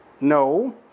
No